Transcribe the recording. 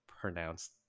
pronounced